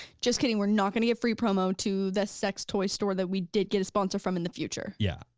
just kidding, we're not gonna get free promo to the sex toy store that we did get a sponsor from in the future. yeah,